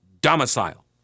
domicile